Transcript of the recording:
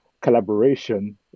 collaboration